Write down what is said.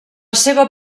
seva